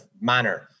manner